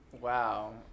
Wow